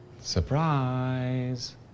Surprise